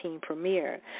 premiere